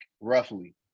roughly